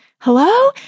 hello